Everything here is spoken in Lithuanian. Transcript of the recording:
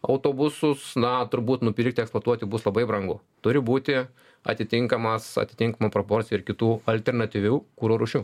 autobusus na turbūt nupirkti eksploatuoti bus labai brangu turi būti atitinkamas atitinkamų proporcijų ir kitų alternatyvių kuro rūšių